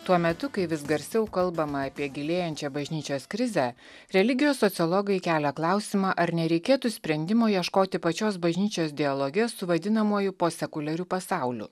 tuo metu kai vis garsiau kalbama apie gilėjančią bažnyčios krizę religijos sociologai kelia klausimą ar nereikėtų sprendimo ieškoti pačios bažnyčios dialoge su vadinamuoju posekuliariu pasauliu